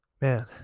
Man